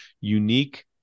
unique